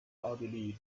奥地利